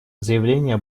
заявления